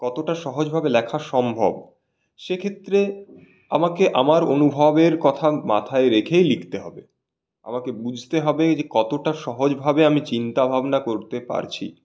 কতটা সহজভাবে লেখা সম্ভব সেক্ষেত্রে আমাকে আমার অনুভবের কথা মাথায় রেখেই লিখতে হবে আমাকে বুঝতে হবে যে কতটা সহজভাবে আমি চিন্তাভাবনা করতে পারছি